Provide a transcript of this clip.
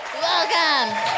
Welcome